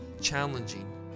challenging